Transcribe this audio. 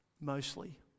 mostly